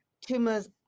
tumors